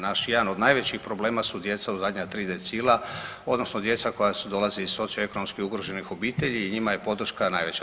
Naš jedan od najvećih problema su djeca u zadnja tri decila odnosno djeca koja dolaze iz socioekonomski ugroženih obitelji i njima je podrška najveća.